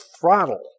throttle